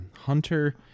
Hunter